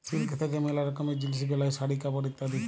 silk থাক্যে ম্যালা রকমের জিলিস বেলায় শাড়ি, কাপড় ইত্যাদি